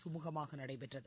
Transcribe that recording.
சுமூகமாக நடைபெற்றது